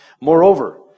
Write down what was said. Moreover